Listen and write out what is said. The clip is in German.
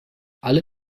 alle